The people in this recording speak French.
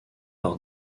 par